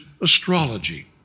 astrology